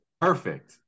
Perfect